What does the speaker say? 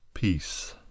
Peace